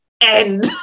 end